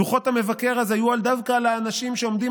דוחות המבקר אז היו על דווקא על האנשים שעומדים